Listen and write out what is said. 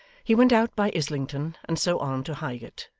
he went out by islington and so on to highgate,